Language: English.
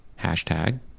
hashtag